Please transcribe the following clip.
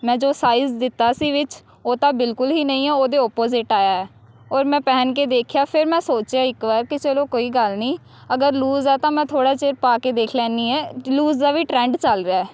ਮੈਂ ਜੋ ਸਾਈਜ਼ ਦਿੱਤਾ ਸੀ ਵਿੱਚ ਉਹ ਤਾਂ ਬਿਲਕੁਲ ਹੀ ਨਹੀਂ ਹੈ ਉਹਦੇ ਓਪੋਜਿਟ ਆਇਆ ਹੈ ਔਰ ਮੈਂ ਪਹਿਨ ਕੇ ਦੇਖਿਆ ਫਿਰ ਮੈਂ ਸੋਚਿਆ ਇੱਕ ਵਾਰ ਕਿ ਚਲੋ ਕੋਈ ਗੱਲ ਨਹੀਂ ਅਗਰ ਲੂਜ਼ ਆ ਤਾਂ ਮੈਂ ਥੋੜ੍ਹਾ ਚਿਰ ਪਾ ਕੇ ਦੇਖ ਲੈਂਦੀ ਹਾਂ ਲੂਜ ਦਾ ਵੀ ਟਰੈਂਡ ਚੱਲ ਰਿਹਾ